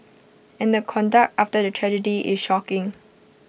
and the conduct after the tragedy is shocking